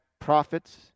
prophets